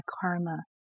karma